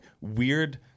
weird